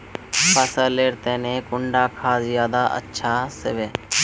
फसल लेर तने कुंडा खाद ज्यादा अच्छा सोबे?